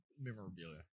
memorabilia